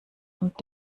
und